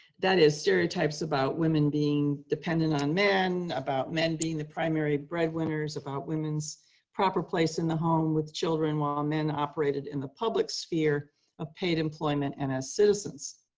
that is, stereotypes about women being dependent on men, about men being the primary breadwinners, about women's proper place in the home with children while men operated in the public sphere of paid employment and as citizens.